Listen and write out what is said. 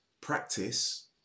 practice